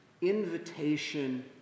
invitation